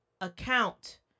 account